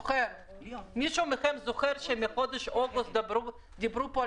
האם מישהו מכם זוכר שבחודש אוגוסט דיברו פה על